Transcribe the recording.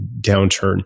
downturn